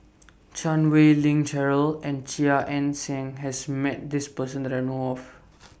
Chan Wei Ling Cheryl and Chia Ann Siang has Met This Person that I know of